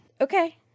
Okay